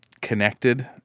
connected